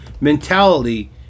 mentality